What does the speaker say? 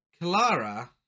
Clara